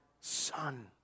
Son